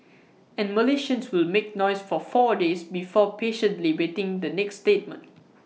and Malaysians will make noise for four days before patiently waiting the next statement